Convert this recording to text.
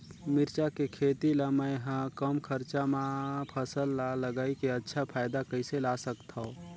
मिरचा के खेती ला मै ह कम खरचा मा फसल ला लगई के अच्छा फायदा कइसे ला सकथव?